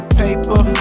paper